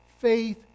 faith